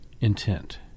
intent